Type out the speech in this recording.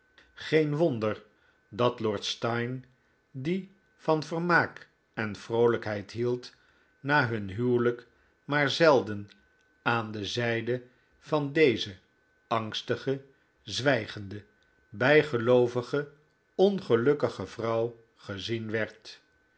geen wonder dat lord steyne die van vermaak en vroolijkheid hield na hun huwelijk maar zelden aan de zijde van deze angstige zwijgende bijgeloovige ongelukkige vrouw gezien werd